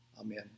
Amen